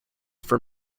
for